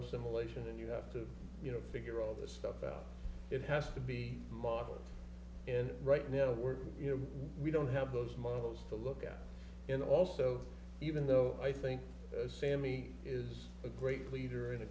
immolation and you have to you know figure all this stuff out it has to be modeled and right now we're you know we don't have those models to look at and also even though i think sammy is a great leader and a